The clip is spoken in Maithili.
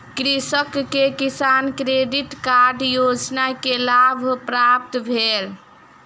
कृषक के किसान क्रेडिट कार्ड योजना के लाभ प्राप्त भेल